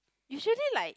usually like